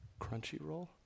Crunchyroll